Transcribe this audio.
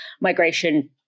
migration